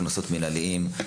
קנסות מנהליים,